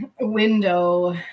window